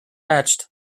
hatched